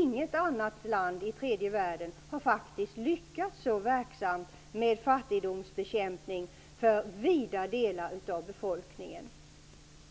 Inget annat land i tredje världen har faktiskt lyckats så väl med fattigdomsbekämpning för vida delar av befolkningen.